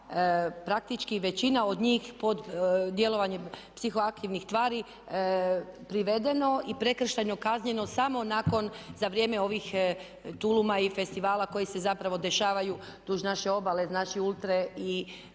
praktički većina od njih pod djelovanjem psihoaktivnih tvari privedeno i prekršajno kažnjeno samo za vrijeme ovih tuluma i festivala koji se zapravo dešavaju duž naše obale, znači